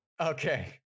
Okay